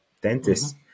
dentist